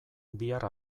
bihar